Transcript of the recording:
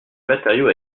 matériaux